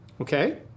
Okay